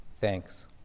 thanks